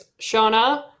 Shauna